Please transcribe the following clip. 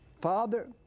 Father